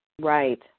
Right